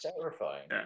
terrifying